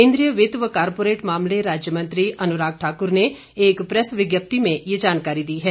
केंद्रीय वित्त व कॉरपोरेट मामले राज्य मंत्री अनुराग ठाकुर ने एक प्रैस विज्ञप्ति मे ये जानकारी दी है